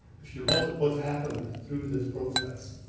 if you look at what happened through this process,